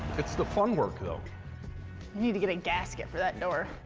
it's the fun work, though. you need to get a gasket for that door.